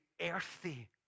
earthy